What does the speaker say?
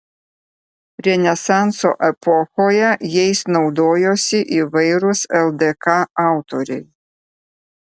renesanso epochoje jais naudojosi įvairūs ldk autoriai